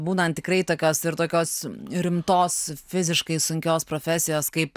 būnant tikrai tokios ir tokios rimtos fiziškai sunkios profesijos kaip